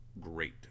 great